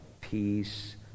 peace